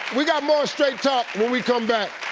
we got more straight talk when we come back.